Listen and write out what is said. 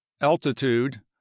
altitude